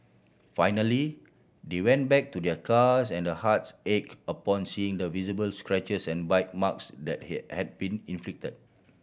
finally they went back to their cars and their hearts ache upon seeing the visible scratches and bite marks that he had been inflicted